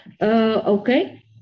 Okay